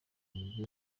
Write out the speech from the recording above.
nibwo